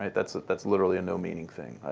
ah that's that's literally a no meaning thing.